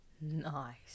Nice